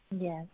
Yes